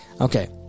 Okay